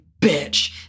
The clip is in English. bitch